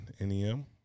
NEM